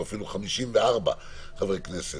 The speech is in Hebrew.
או אפילו 54 או 58 חברי כנסת,